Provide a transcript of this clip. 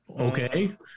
Okay